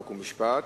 חוק ומשפט.